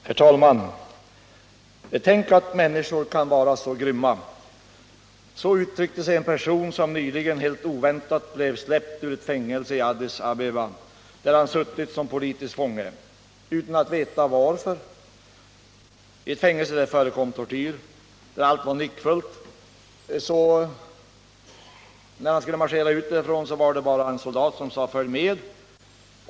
Herr talman! Tänk att människor kan vara så grymma! Så uttryckte sig en person, som nyligen helt oväntat blev släppt ur ett fängelse i Addis Abeba, där han suttit som politisk fånge utan att veta varför, i ett fängelse där det förekommit tortyr och där allt var nyckfullt. När han skulle marschera ut därifrån, kom en soldat, som bara sade: Följ med!